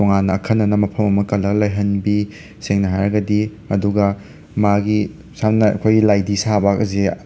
ꯇꯣꯉꯥꯥꯟꯅ ꯑꯈꯟꯅꯅ ꯃꯐꯝ ꯑꯃ ꯀꯜꯂ ꯂꯩꯍꯟꯕꯤ ꯁꯦꯡꯅ ꯍꯥꯏꯔꯒꯗꯤ ꯑꯗꯨꯒ ꯃꯥꯒꯤ ꯁꯝꯅ ꯑꯩꯈꯣꯏꯒꯤ ꯂꯥꯏꯙꯤ ꯁꯥꯕꯒꯖꯦ